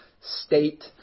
state